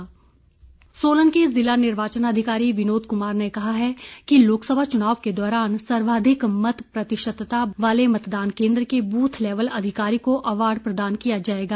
award Solan के ज़िला निर्वाचन अधिकारी विनोद कुमार ने कहा है कि लोकसभा चुनाव के दौरान सर्वाधिक मत प्रतिशतता वाले मतदान केन्द्र के बूथ लेवल अधिकारी को अवॉर्ड प्रदान किया जाएगा